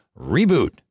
reboot